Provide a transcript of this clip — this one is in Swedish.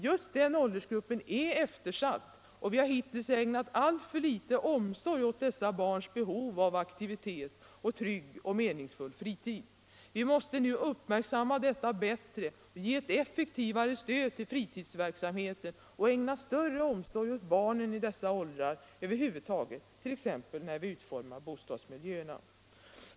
Just denna åldersgrupp är eftersatt, och vi har hittills ägnat alltför liten omsorg åt dessa barns behov av aktivitet och trygg och meningsfylld frihet. Vi måste nu uppmärksamma detta bättre, ge ett effektivare stöd till fritidsverksamheten och ägna större omsorg åt barnen i dessa åldrar över huvud taget, t.ex. när vi utformar bostadsmiljöerna.